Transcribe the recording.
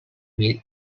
mill